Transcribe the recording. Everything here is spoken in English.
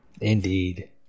indeed